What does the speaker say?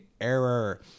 error